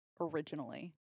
originally